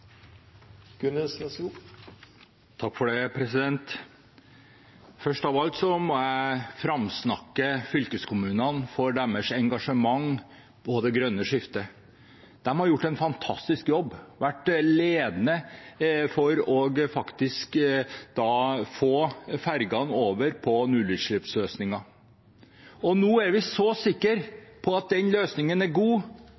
Først av alt må jeg framsnakke fylkeskommunene for deres engasjement for det grønne skiftet. De har gjort en fantastisk jobb og vært ledende for å få fergene over på nullutslippsløsninger. Nå er vi så